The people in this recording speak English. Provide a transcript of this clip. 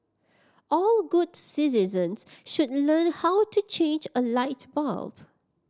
all good citizens should learn how to change a light bulb